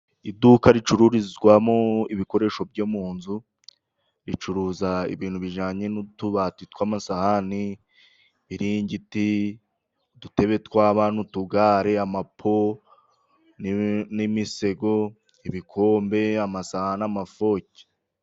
Iduka ricururizwamo ibikoresho byo mu nzu, ricuruza ibintu bijyanye n'utubati tw'amasahani, ibiringiti, udutebe tw'abana n'utugare, amapo n'imisego, ibikombe, amasahani, amafoki.